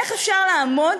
איך אפשר לעמוד